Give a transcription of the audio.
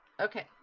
Okay